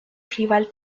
rival